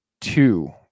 two